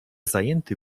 zajęty